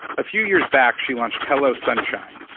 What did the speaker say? a few years back she launched hello sunshine,